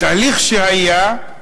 התהליך שהיה,